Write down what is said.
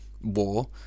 war